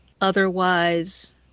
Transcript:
Otherwise